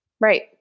Right